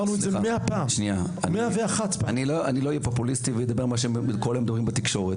אני לא אהיה פופוליסטי ואדבר על מה שכל היום מדברים בתקשורת.